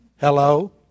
Hello